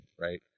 right